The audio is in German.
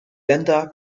länder